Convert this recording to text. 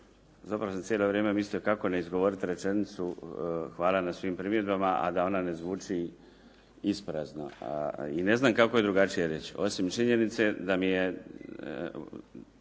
ne razumije./ … kako ne izgovoriti rečenicu hvala na svim primjedbama, a da ona ne zvuči isprazno. I ne znam kako je drugačije reći, osim činjenice da mi je.